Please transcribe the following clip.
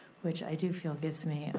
which i do feel gives me